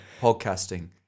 Podcasting